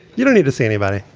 you don't need to see anybody.